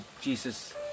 Jesus